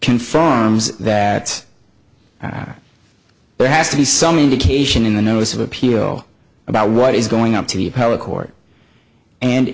conforms that there has to be some indication in the notice of appeal about what is going up to